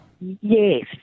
Yes